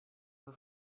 peu